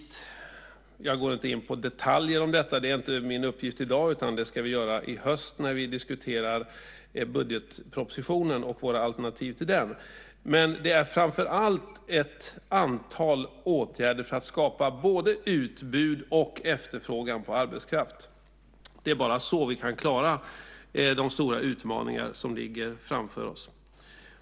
Jag går inte in på detaljer om detta - det är inte min uppgift i dag utan det ska vi göra i höst när vi diskuterar våra alternativ till budgetpropositionen - men det är framför allt ett antal åtgärder för att skapa både utbud och efterfrågan på arbetskraft. Det är bara så vi kan klara de stora utmaningar som ligger framför oss.